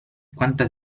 quanta